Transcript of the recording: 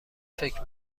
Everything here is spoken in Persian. فکر